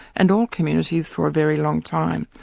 and all communities, for a very long time.